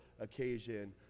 occasion